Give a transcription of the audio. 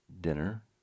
dinner